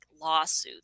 lawsuits